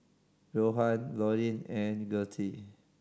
Rohan Loren and Gertie